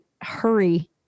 hurry